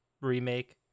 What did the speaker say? remake